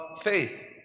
faith